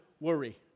worry